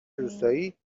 روستایی